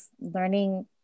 learning